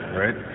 right